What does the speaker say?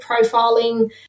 profiling